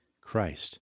Christ